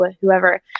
whoever